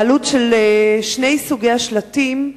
העלות של שני סוגי השלטים,